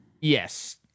Yes